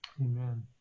Amen